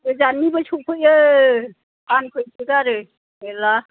गोजाननिबो सौफैयो फानफैसोगारो मेरला